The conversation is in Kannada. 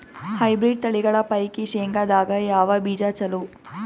ಹೈಬ್ರಿಡ್ ತಳಿಗಳ ಪೈಕಿ ಶೇಂಗದಾಗ ಯಾವ ಬೀಜ ಚಲೋ?